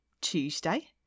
tuesday